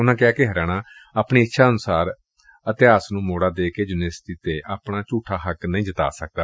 ਉਨ੍ਹਾ ਕਿਹਾ ਕਿ ਹਰਿਆਣਾ ਆਪਣੀ ਇੱਛਾ ਅਨੁਸਾਰ ਇਤਿਹਾਸ ਨੂੰ ਮੋੜ ਕੇ ਯੁਨੀਵਰਸਿਟੀ ਤੇ ਆਪਣਾ ਝੁਠਾ ਹੱਕ ਨਹੀ ਜਤਾ ਸਕਦਾ